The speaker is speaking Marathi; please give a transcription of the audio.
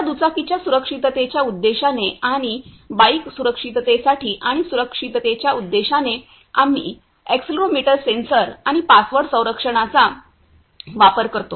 आता दुचाकीच्या सुरक्षिततेच्या उद्देशाने आणि बाईक सुरक्षिततेसाठी आणि सुरक्षिततेच्या उद्देशाने आम्ही अॅक्सेलरोमीटर सेन्सर आणि पासवर्ड संरक्षणाचा वापर करतो